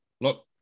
look